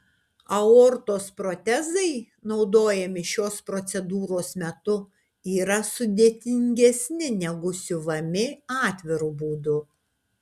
aortos protezai naudojami šios procedūros metu yra sudėtingesni negu siuvami atviru būdu